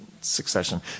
succession